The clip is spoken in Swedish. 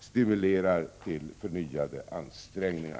stimulerar till förnyade ansträngningar.